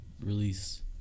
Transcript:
release